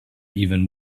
even